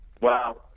Wow